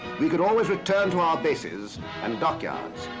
we could always return to our bases and dockyards.